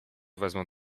wezmą